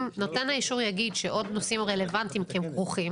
אם נותן האישור יגיד שעוד נושאים רלוונטיים כי הם כרוכים,